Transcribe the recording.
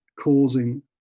causing